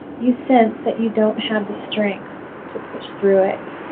you sense that you don't have the strength to push through it.